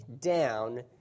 down